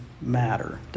matter